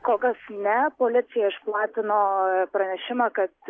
kol kas ne policija išplatino pranešimą kad